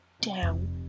down